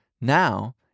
Now